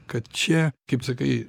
kad čia kaip sakai